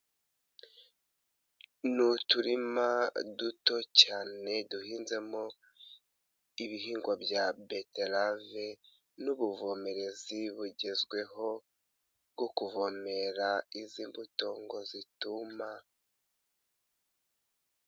Ni uturima duto cyane duhinzemo ibihingwa bya beterave n'ubuvomerezi bugezweho bwo kuvomera izi mbuto ngo zituma.